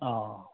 অঁ